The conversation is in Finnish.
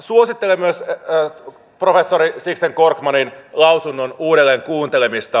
suosittelen myös professori sixten korkmanin lausunnon uudelleen kuuntelemista